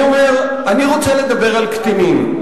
אני רוצה לדבר על קטינים.